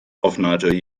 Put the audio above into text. ofnadwy